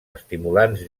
estimulants